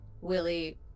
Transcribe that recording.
Willie